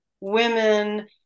women